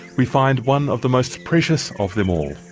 we find one of the most precious of them all.